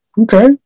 Okay